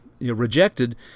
rejected